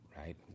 right